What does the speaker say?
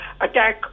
attack